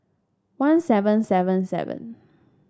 one seven seven seven